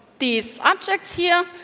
these objects here.